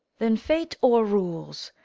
then fate o'er-rules,